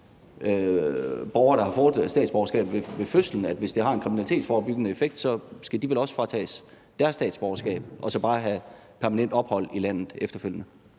borgere, der har fået statsborgerskabet ved fødslen. Hvis det har en kriminalitetsforebyggende effekt, skal de vel også fratages deres statsborgerskab og så bare have permanent ophold i landet efterfølgende.